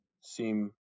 seem